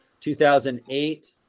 2008